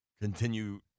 continue